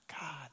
God